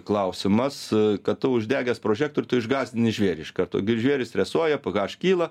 klausimas kad tu uždegęs prožektorių tu išgąsdini žvėrį iš karto žvėris stresuoja ph kyla